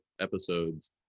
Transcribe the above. episodes